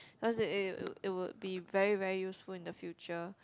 cause it it it would be very very useful in the future